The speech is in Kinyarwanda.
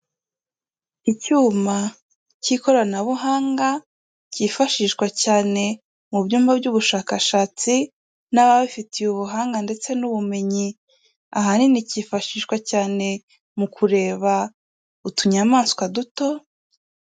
Icyuma cy'ikoranabuhanga cyifashishwa cyane mu byumba by'ubushakashatsi n'ababifitiye ubuhanga ndetse n'ubumenyi, ahanini cyifashishwa cyane mu kureba utunyamaswa duto.